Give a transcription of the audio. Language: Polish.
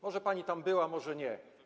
Może pani tam była, może nie.